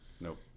Nope